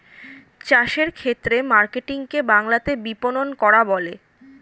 চাষের ক্ষেত্রে মার্কেটিং কে বাংলাতে বিপণন করা বলে